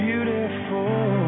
Beautiful